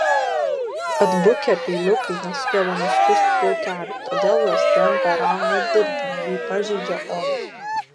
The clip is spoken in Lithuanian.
atbukę peiliukai nesugeba nuskusti plaukelių todėl juos tempia rauna ir dirgina bei pažeidžia odą